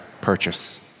purchase